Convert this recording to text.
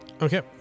Okay